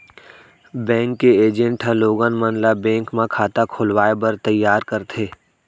bank के agent ह लोगन मन ल बेंक म खाता खोलवाए बर तइयार करथे